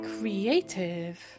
creative